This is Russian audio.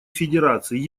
федерации